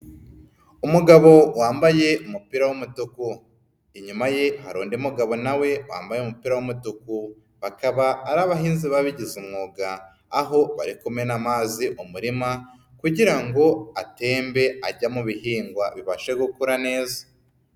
Umugabo wambaye umupira w'umatuku. Inyuma ye hari undi mugabo na we wambaye umupira w'umutuku, bakaba ari abahinzi babigize umwuga, aho barikumena amazi mu umurima kugira ngo atembe ajya mu bihingwa bibashe gukura neza.